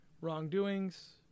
wrongdoings